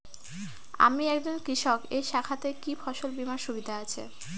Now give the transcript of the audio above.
আমি একজন কৃষক এই শাখাতে কি ফসল বীমার সুবিধা আছে?